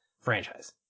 franchise